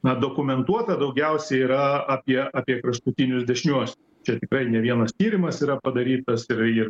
na dokumentuota daugiausiai yra apie apie kraštutinius dešiniuosius čia tikrai ne vienas tyrimas yra padarytas yra ir